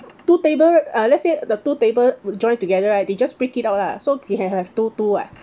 two table uh let's say the two table joined together right they just break it out lah so we can have two two [what]